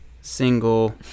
single